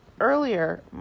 earlier